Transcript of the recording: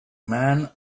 man